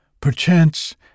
perchance